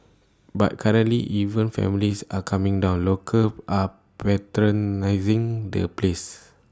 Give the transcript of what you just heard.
but currently even families are coming down locals are patronising the places